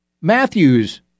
Matthew's